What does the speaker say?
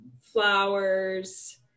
flowers